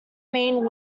mean